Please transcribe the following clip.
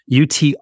UT